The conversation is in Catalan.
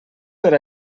per